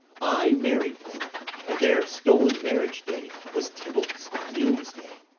i married them and their stol'n marriage day was tybalt's doomsday,